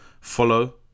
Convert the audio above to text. follow